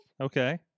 Okay